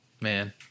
Man